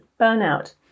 burnout